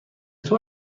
طور